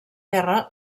guerra